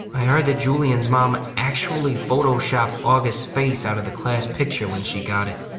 i heard that julian's mom actually photoshopped august's face out of the class picture when she got it.